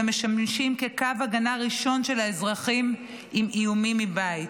ומשמשים כקו הגנה ראשון של האזרחים עם איומים מבית.